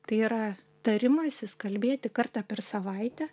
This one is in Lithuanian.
tai yra tarimasis kalbėti kartą per savaitę